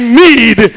need